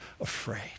afraid